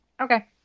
Okay